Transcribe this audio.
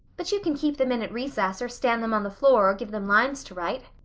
but you can keep them in at recess or stand them on the floor or give them lines to write.